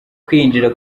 kwinjira